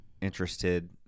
interested